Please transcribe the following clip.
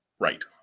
right